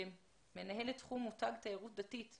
נגה גרגו, מנהלת תחום מותג תיירות דתית.